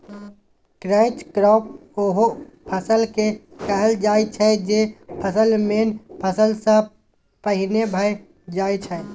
catch crop ओहि फसल केँ कहल जाइ छै जे फसल मेन फसल सँ पहिने भए जाइ छै